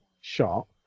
shot